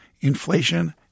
Inflation